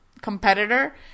competitor